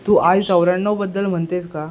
तू आय चौऱ्याण्णवबद्दल म्हणतेस का